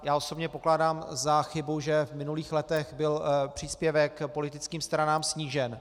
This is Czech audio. Já osobně pokládám za chybu, že v minulých letech byl příspěvek politickým stranám snížen.